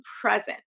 present